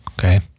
Okay